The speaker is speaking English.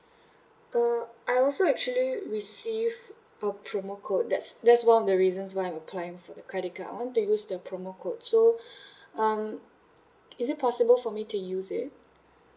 uh I also actually received a promo code that's that's one of the reasons why I'm applying for the credit card I want to use the promo code so um is it possible for me to use it